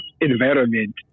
environment